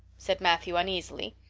said matthew uneasily.